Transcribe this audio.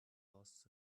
lasts